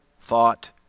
thought